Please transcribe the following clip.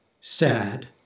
sad